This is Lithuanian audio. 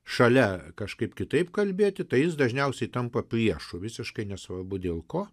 šalia kažkaip kitaip kalbėti tai jis dažniausiai tampa priešu visiškai nesvarbu dėl ko